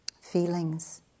feelings